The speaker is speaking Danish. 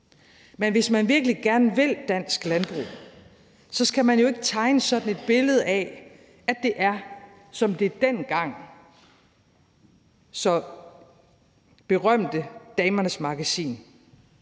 Men hvis man virkelig gerne vil dansk landbrug, skal man jo ikke tegne sådan et billede af, at det er som det dengang berømte Damernes Magasin,